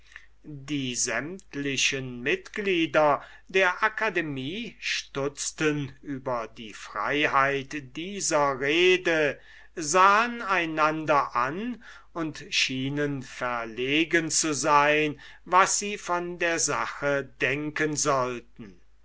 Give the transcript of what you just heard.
die sämtlichen mitglieder der akademie stutzten über die freiheit dieser rede sahen einander an und schienen verlegen zu sein was sie von der sache denken sollten